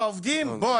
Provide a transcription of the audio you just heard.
בוא,